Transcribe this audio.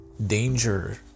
Danger